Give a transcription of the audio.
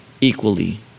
equally